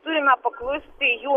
turime paklusti jų